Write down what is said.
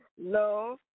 Love